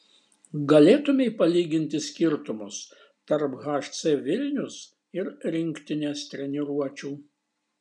galėtumei palyginti skirtumus tarp hc vilnius ir rinktinės treniruočių